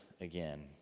again